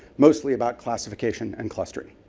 mostly about classification and cluster.